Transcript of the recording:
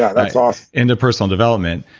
that's awesome into personal development.